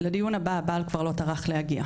לדיון הבא הבעל כבר לא טרח להגיע.